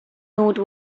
note